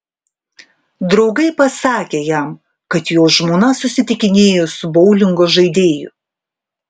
draugai pasakė jam kad jo žmona susitikinėjo su boulingo žaidėju